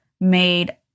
made